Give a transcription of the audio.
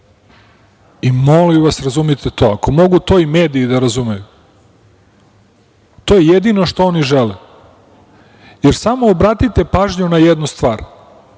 Molim vas razumite to. Ako mogu to i mediji da razumeju. To je jedino što oni žele. Samo obratite pažnju na jednu stvar.